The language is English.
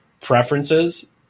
preferences